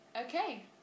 Okay